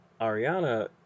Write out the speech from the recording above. Ariana